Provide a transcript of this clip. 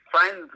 friends